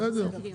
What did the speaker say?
בסדר.